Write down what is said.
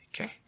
Okay